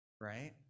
right